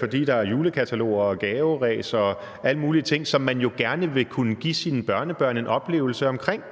fordi der er julekataloger og gaveræs og alle mulige ting, som man jo gerne vil kunne give sine børnebørn en oplevelse omkring,